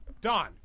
Don